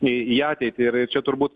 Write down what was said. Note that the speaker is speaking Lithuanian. į į ateitį ir ir čia turbūt